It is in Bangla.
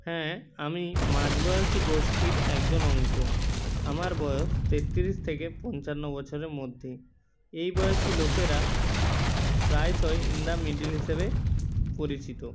হ্যাঁ আমি মাঝবয়সী গোষ্ঠীর একজন অংশ আমার বয়স তেত্তিরিশ থেকে পঞ্চান্ন বছরের মধ্যেই এই বয়সী লোকেরা প্রায়শই ইন দা মিডিল হিসেবে পরিচিত